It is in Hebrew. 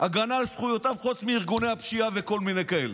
הגנה על זכויותיו חוץ מארגוני הפשיעה וכל מיני כאלה.